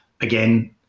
Again